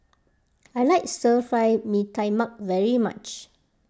I like Stir Fried Mee Tai Mak very much